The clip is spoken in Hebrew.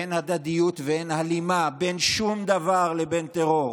אין הדדיות ואין הלימה בין שום דבר לבין טרור.